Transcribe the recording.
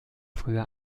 früher